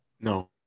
No